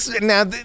now